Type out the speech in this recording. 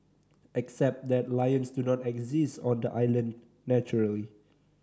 except that lions do not exist on the island naturally